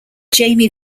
jamie